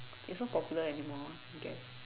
it's not popular anymore I guess